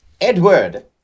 Edward